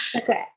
okay